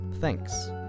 Thanks